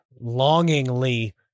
longingly